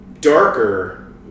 darker